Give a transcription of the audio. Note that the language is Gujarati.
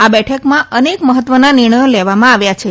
આ બેઠકમાં અનેક મહત્વના નિર્ણય લેવામાં આવ્યા છે